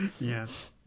Yes